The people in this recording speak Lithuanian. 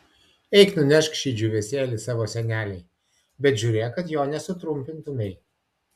eik nunešk šį džiūvėsėlį savo senelei bet žiūrėk kad jo nesutrupintumei